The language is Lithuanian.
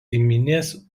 giminės